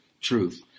truth